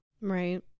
Right